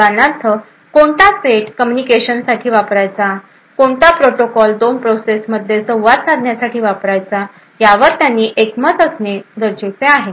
उदाहरणार्थ कोणता set communication साठी वापरायचा कोणता प्रोटोकॉल दोन प्रोसेस मध्ये संवाद साधण्यासाठी वापरायचा यावर त्यांनी एकमत असणे गरजेचे आहे